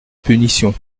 punition